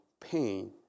pain